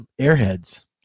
airheads